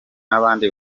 n’abandi